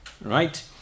Right